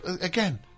again